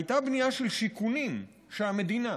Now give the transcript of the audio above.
היה בנייה של שיכונים שהמדינה,